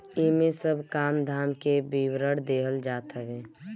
इमे सब काम धाम के विवरण देहल जात हवे